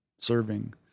serving